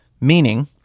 meaning